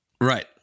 Right